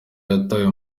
yatawe